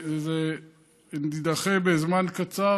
זה יידחה בזמן קצר,